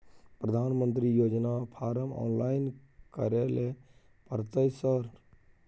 प्रधानमंत्री योजना form online करैले परतै सर?